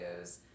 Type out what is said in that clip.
videos